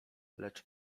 lecz